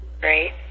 Great